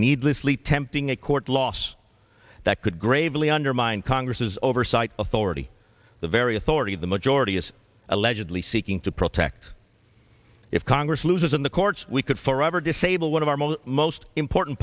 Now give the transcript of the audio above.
needlessly tempting a court loss that could gravely undermine congress's oversight authority the very authoritative the majority is allegedly seeking to protect if congress loses in the courts we could forever disable one of our most important